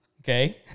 okay